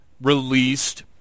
released